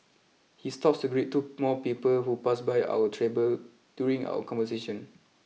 he stops to greet two more people who pass by our table during our conversation